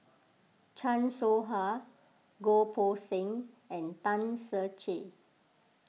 Chan Soh Ha Goh Poh Seng and Tan Ser Cher